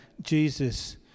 Jesus